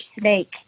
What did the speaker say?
snake